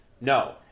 no